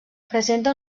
presenta